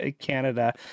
Canada